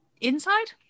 Inside